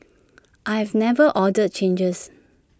I have never ordered changes